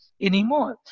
anymore